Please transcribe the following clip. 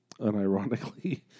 unironically